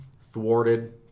thwarted